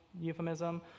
euphemism